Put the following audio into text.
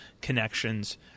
connections